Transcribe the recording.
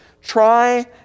try